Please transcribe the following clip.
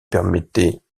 permettait